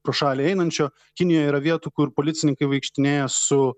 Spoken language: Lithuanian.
pro šalį einančio kinijoj yra vietų kur policininkai vaikštinėja su